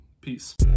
Peace